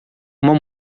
uma